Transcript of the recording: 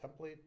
template